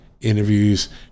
interviews